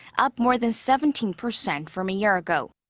up more than seventeen percent from a year ago.